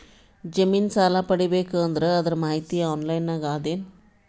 ಜಮಿನ ಸಾಲಾ ಪಡಿಬೇಕು ಅಂದ್ರ ಅದರ ಮಾಹಿತಿ ಆನ್ಲೈನ್ ನಾಗ ಅದ ಏನು?